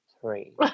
three